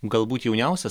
galbūt jauniausias